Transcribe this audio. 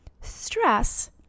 Stress